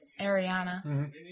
Ariana